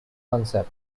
concept